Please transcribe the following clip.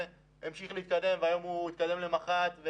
המשיך להסתדר והיום הוא התקדם לתפקיד מח"ט.